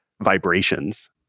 vibrations